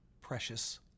precious